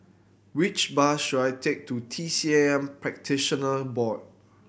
which bus should I take to T C M Practitioner Board